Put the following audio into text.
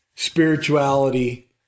spirituality